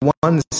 one